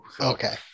Okay